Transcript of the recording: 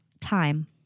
Time